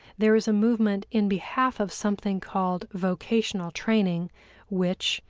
there is a movement in behalf of something called vocational training which,